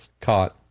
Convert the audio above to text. caught